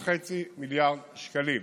כ-6.5 מיליארד שקלים.